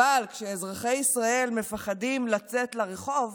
אבל כשאזרחי ישראל מפחדים לצאת לרחוב